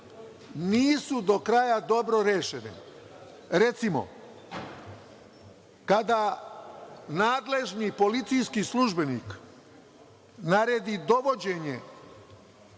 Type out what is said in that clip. nisu do kraja dobro rešene. Recimo, kada nadležni policijski službenik naredi dovođenje